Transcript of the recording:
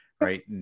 right